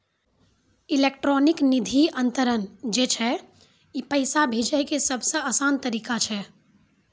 electronic निधि अन्तरन जे छै ई पैसा भेजै के सभ से असान तरिका छै